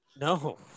No